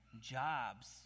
jobs